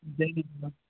Jayanagar